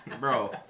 Bro